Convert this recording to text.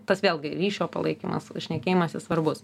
tas vėlgi ryšio palaikymas šnekėjimasis svarbus